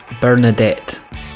Bernadette